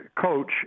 coach